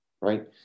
right